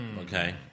Okay